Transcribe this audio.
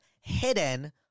hidden